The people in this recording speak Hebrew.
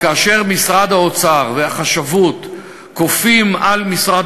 כאשר משרד האוצר והחשבות כופים על משרד